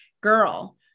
girl